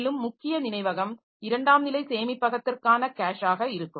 மேலும் முக்கிய நினைவகம் இரண்டாம் நிலை சேமிப்பகத்திற்கான கேஷாக இருக்கும்